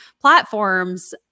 platforms